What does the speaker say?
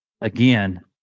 again